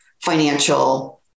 financial